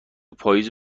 پاییز